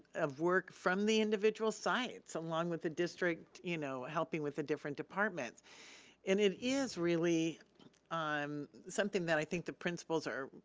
of work from the individual sites along with the district, you know, helping with the different departments and it is really um something that i think the principals are,